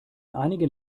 einigen